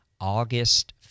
august